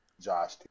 Josh